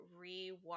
rewatch